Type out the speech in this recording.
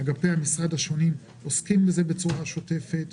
אגפי המשרד השונים עוסקים בזה בצורה שוטפת.